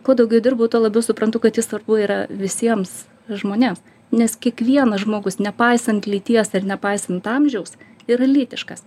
kuo daugiau dirbu tuo labiau suprantu kad ji svarbu yra visiems žmonėms nes kiekvienas žmogus nepaisant lyties ar nepaisant amžiaus yra lytiškas